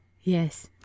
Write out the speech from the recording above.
Yes